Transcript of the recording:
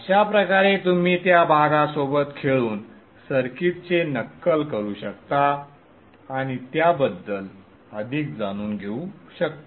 अशा प्रकारे तुम्ही त्या भागासोबत खेळून सर्किटचे नक्कल करू शकता आणि त्याबद्दल अधिक जाणून घेऊ शकता